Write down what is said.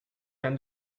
can